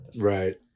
Right